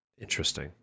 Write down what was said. Interesting